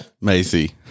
Macy